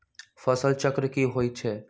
फसल चक्र की होई छै?